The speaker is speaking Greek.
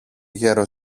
γερο